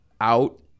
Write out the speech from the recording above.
out